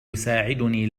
يساعدني